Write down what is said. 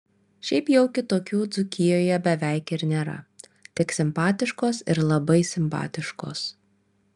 šiaip jau kitokių dzūkijoje beveik ir nėra tik simpatiškos ir labai simpatiškos